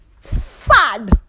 sad